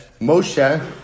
Moshe